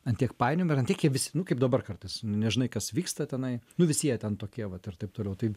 ant tiek painiojama yra ant tiek jie visi nu kaip dabar kartais nežinai kas vyksta tenai nu visi jie ten tokie vat ir taip toliau tai